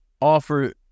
offer